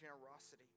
generosity